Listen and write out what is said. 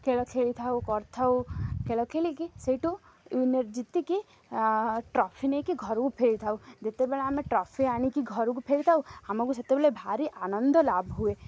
ଖେଳ ଖେଳି ଥାଉ କରିଥାଉ ଖେଳ ଖେଳିକି ସେଇଠୁ ଇନେ ଜତିକି ଟ୍ରଫି ନେଇକି ଘରକୁ ଫେରି ଥାଉ ଯେତେବେଳେ ଆମେ ଟ୍ରଫି ଆଣିକି ଘରକୁ ଫେରି ଥାଉ ଆମକୁ ସେତେବେଳେ ଭାରି ଆନନ୍ଦ ଲାଭ ହୁଏ